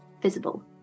Visible